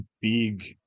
big